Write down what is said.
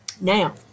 Now